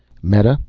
meta,